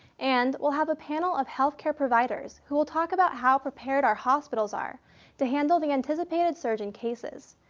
and we'll have a panel of healthcare providers who will talk about how prepared our hospitals are to handle the anticipated surge in cases.